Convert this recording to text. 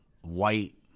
white